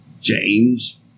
James